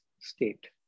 state